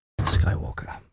Skywalker